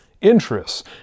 interests